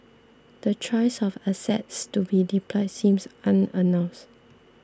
the choice of assets to be deployed seems unannounce